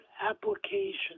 application